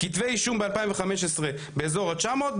כתבי אישום ב-2015 באזור ה-900,